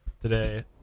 today